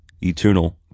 eternal